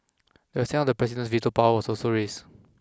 the extent of the president's veto powers was also raised